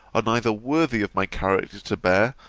are neither worthy of my character to bear,